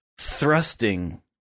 thrusting